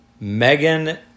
Megan